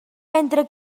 entre